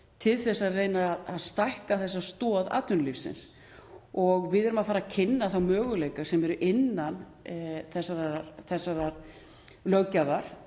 til þess að reyna að stækka þessa stoð atvinnulífsins. Við erum að fara að kynna þá möguleika sem eru innan þessarar löggjafar